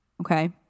Okay